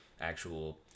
actual